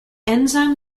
enzyme